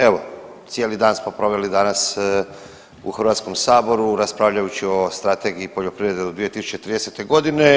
Evo cijeli dan smo proveli danas u Hrvatskom saboru raspravljajući o Strategiji poljoprivrede do 2030. godine.